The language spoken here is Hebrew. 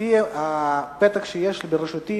לפי הפתק שיש ברשותי